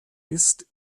ist